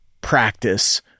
practice